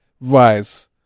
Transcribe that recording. rise